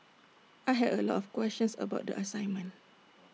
I had A lot of questions about the assignment